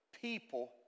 people